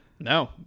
No